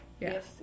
Yes